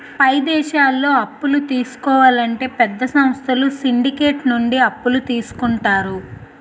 పై దేశాల్లో అప్పులు తీసుకోవాలంటే పెద్ద సంస్థలు సిండికేట్ నుండి అప్పులు తీసుకుంటారు